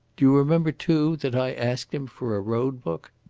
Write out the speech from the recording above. do you remember too that i asked him for a road-book?